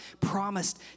promised